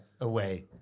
away